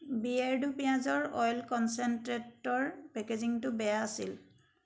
বিয়েৰ্ডো পিঁয়াজৰ অইল কন্চেনট্ৰেটৰ পেকেজিঙটো বেয়া আছিল